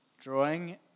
drawing